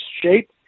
shape